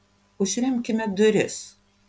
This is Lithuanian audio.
užremkime duris